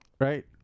Right